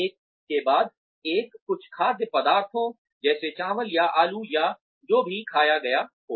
एक के बाद एक कुछ खाद्य पदार्थों जैसे चावल या आलू या जो भी खाया गया हो